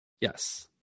yes